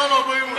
מקום 40 הוא יהיה.